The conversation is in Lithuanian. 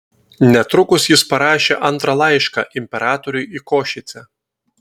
netrukus jis parašė antrą laišką imperatoriui į košicę